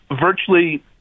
virtually